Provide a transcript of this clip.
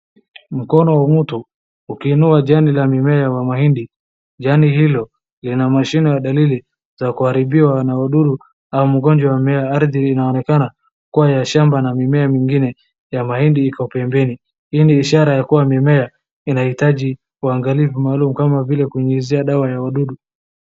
Mkono wa mtu ukiinua jani la mimea wa mahindi. Jani hilo lina mashimo ya dalili ya kuharibiwa na wadudu au magonjwa ya mimea. Ardhi inaonekana kuwa ya shamba na mimea mingine ya mahindi iko pembeni. Hii ni ishara ya kuwa mimea inaitaji uangalifu maalum kama vile kunyunyizia dawa ya wadudu.